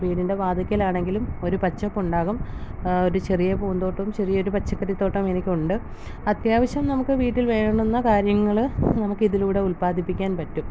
വീടിൻ്റെ വാതിൽക്കലാണെങ്കിലും ഒരു പച്ചപ്പ് ഉണ്ടാകും ഒരു ചെറിയ പൂന്തോട്ടവും ചെറിയൊരു പച്ചക്കറിത്തോട്ടവും എനിക്കുണ്ട് അത്യാവശ്യം നമുക്ക് വീട്ടിൽ വേണ്ടുന്ന കാര്യങ്ങൾ നമുക്ക് ഇതിലൂടെ ഉൽപാദിപ്പിക്കാൻ പറ്റും